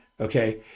okay